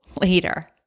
later